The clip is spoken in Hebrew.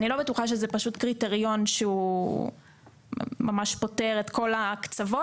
אני לא בטוחה שזה קריטריון שהוא פותר את כל הקצוות.